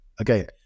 okay